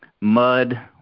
mud